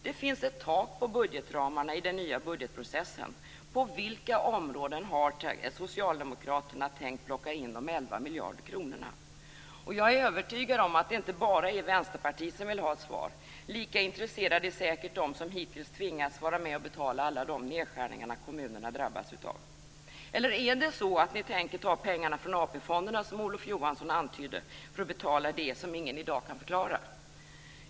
Det finns ett tak på budgetramarna i den nya budgetprocessen. På vilka områden har socialdemokraterna tänkt plocka in de 11 miljarder kronorna? Jag är övertygad om att det inte bara är vänsterpartiet som vill ha ett svar. Lika intresserade är säkert de som hittills tvingats vara med om att betala alla de nedskärningar som kommunerna har drabbats av. Är det så att ni tänker ta pengarna från AP fonderna, som Olof Johansson antydde, för att betala det som ingen i dag kan förklara?